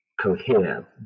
cohere